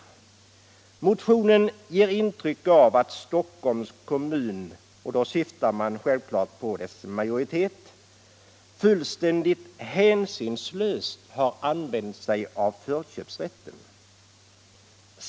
Motionen ger intryck av att Stockholms kommun =— och då syftar man självfallet på dess majoritet — fullständigt hänsynslöst har använt sig av förköpsrätten.